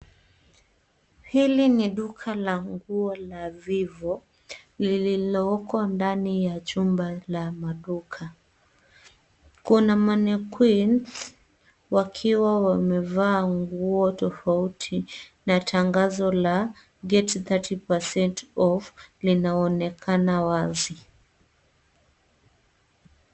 Hili ni duka la nguo la Vivo lililoko ndani ya chumba la maduka. Kuna mannequins wakiwa wamevaa nguo tofauti na tangazo la get 30% off linaonekana wazi.